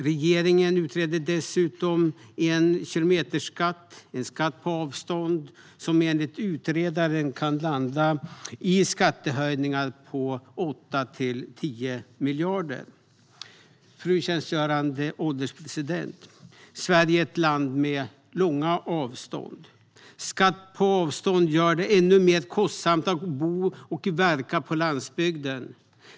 Regeringen utreder dessutom en kilometerskatt - en skatt på avstånd - som enligt utredaren kan landa i skattehöjningar på 8-10 miljarder. Fru ålderspresident! Sverige är ett land med långa avstånd. Skatt på avstånd gör det ännu mer kostsamt att bo och verka på landsbygden.